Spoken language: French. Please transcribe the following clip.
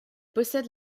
possède